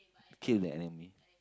kill the enemy